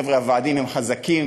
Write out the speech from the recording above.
חבר'ה, הוועדים הם חזקים.